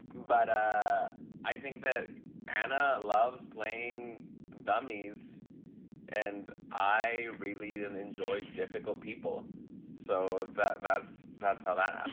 but ah i think that anna loves playing dummies and i really and enjoy difficult people so that that's that's how that um